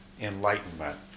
enlightenment